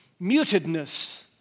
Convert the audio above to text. mutedness